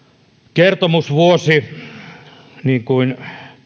kertomusvuosi niin kuin